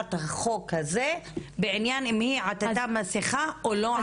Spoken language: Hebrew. אכיפת החוק הזה בעניין אם היא עטתה מסיכה או לא עטתה מסיכה?